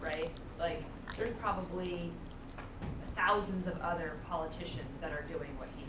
like there's probably thousands of other politicians that are doing what